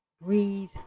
breathe